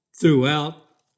throughout